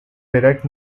direct